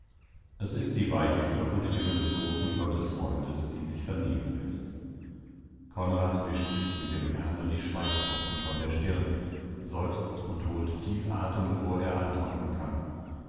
es ist die weiche glockenstimme des großen gottesfreundes die sich vernehmen läßt konrad wischt sich mit dem ärmel die schweißtropfen von der stirn seufzt und holt tief atem bevor er antworten kann